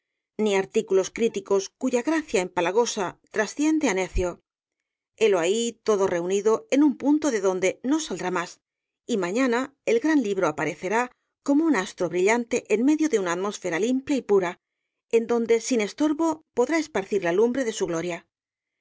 ni artículos críticos cuya gracia empalagosa transciende á necio helo ahí todo reunido en un punto de donde no saldrá más y mañana el gran libro aparecerá como un astro brillante en medio de una atmósfera limpia y pura en donde sin estorbo podrá esparcir la lumbre de su gloria